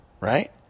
right